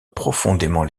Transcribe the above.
profondément